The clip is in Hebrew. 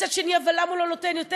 מצד שני למה הוא לא נותן יותר.